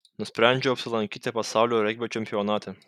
nusprendžiau apsilankyti pasaulio regbio čempionate